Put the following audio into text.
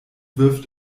wirft